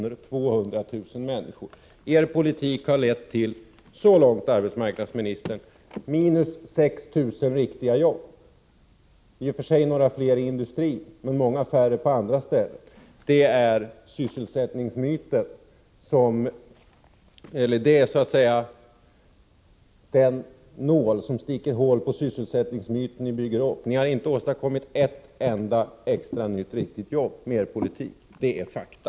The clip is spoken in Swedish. Er politik så långt har lett, arbetsmarknadsministern, till minus 6 000 riktiga jobb, i och för sig några fler i industrin men många färre på andra områden. Det är så att säga den nål som sticker hål i den sysselsättningsmyt som ni byggt upp. Ni har inte åstadkommit ett enda extra riktigt jobb med er politik. Detta är fakta.